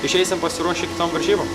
išeisim pasiruošę kitom varžybom